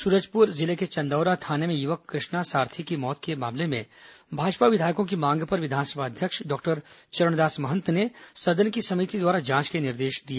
सुरजपुर जिले के चंदौरा थाने में युवक कृष्णा सारथी की मौत के मामले में भाजपा विधायकों की मांग पर विधानसभा अध्यक्ष डॉक्टर चरणदास महंत ने सदन की समिति द्वारा जांच के निर्देष दिए